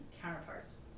counterparts